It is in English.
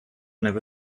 never